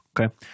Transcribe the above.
Okay